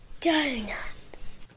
Donuts